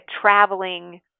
traveling